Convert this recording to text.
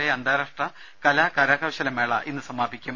ലയ അന്താരാഷ്ട്ര കലാ കരകൌശല മേള ഇന്ന് സമാപിക്കും